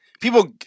people